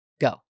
Go